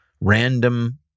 random